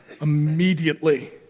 immediately